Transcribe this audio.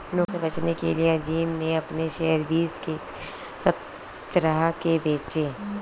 नुकसान से बचने के लिए अज़ीम ने अपने शेयर बीस के बजाए सत्रह में बेचे